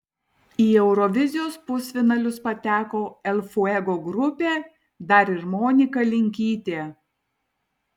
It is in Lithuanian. į eurovizijos pusfinalius pateko el fuego grupė dar ir monika linkytė